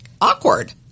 awkward